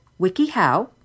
WikiHow